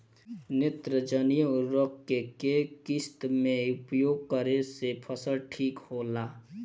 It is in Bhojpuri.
नेत्रजनीय उर्वरक के केय किस्त मे उपयोग करे से फसल ठीक होला?